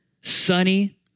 sunny